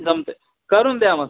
जमतंय करून द्या मग